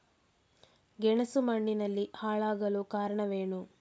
ಗೆಣಸು ಮಣ್ಣಿನಲ್ಲಿ ಹಾಳಾಗಲು ಕಾರಣವೇನು?